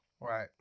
Right